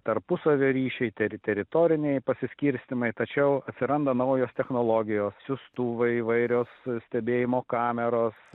tarpusavio ryšiai teritoriniai pasiskirstymai tačiau atsiranda naujos technologijos siųstuvai įvairios stebėjimo kameros